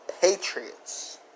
Patriots